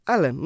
Ale